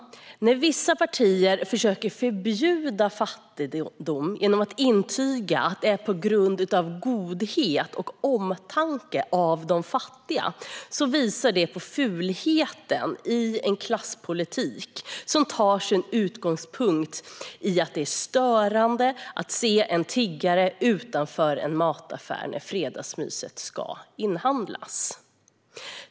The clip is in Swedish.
När vissa partier försöker förbjuda fattigdom genom att intyga att detta görs på grund av godhet och omtanke om de fattiga visar det på fulheten i en klasspolitik som tar sin utgångspunkt i att det är störande att se en tiggare utanför mataffären när fredagsmyset ska inhandlas.